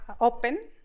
open